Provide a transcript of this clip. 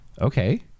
okay